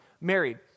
married